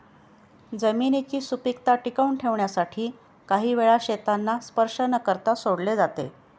जमिनीची सुपीकता टिकवून ठेवण्यासाठी काही वेळा शेतांना स्पर्श न करता सोडले जाते